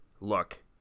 look